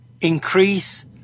increase